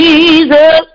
Jesus